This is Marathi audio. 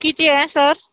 किती आहे सर